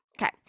Okay